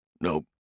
Nope